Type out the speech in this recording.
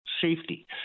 safety